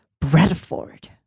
Bradford